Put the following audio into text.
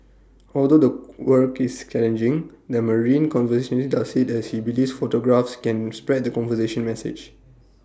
although the work is challenging the marine conservationist does IT as he believes photographs can spread the conservation message